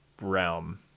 realm